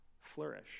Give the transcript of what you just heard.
flourish